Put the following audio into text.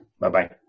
Bye-bye